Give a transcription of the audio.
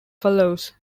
follows